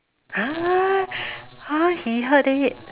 !huh! !huh! he heard it